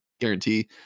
guarantee